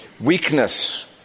weakness